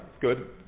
good